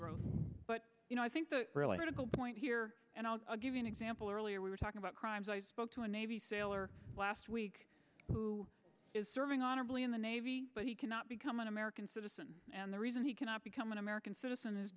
growth but you know i think the really critical point here and i'll give you an example earlier we were talking about crimes i spoke to a navy sailor last week who is serving honorably in the navy but he cannot become an american citizen and the reason he cannot become an american citizen is